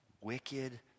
wicked